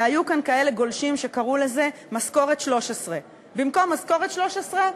והיו כאן גולשים שקראו לזה משכורת 13. במקום משכורת 13,